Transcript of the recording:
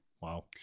Wow